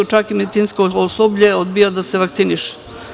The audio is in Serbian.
Čak i medicinsko osoblje odbija da se vakciniše.